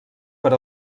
per